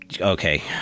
okay